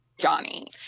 Johnny